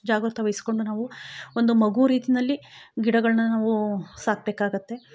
ಜಾಗೃತೆ ವಹಿಸ್ಕೊಂಡು ನಾವು ಒಂದು ಮಗು ರೀತಿನಲ್ಲಿ ಗಿಡಗಳನ್ನ ನಾವು ಸಾಕಬೇಕಾಗತ್ತೆ